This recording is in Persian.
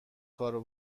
کارو